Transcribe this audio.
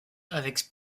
avec